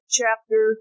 chapter